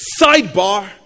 sidebar